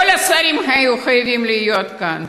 כל השרים היו חייבים להיות כאן,